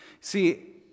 see